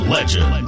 Legend